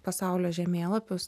pasaulio žemėlapius